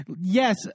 Yes